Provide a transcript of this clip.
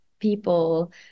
people